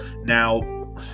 Now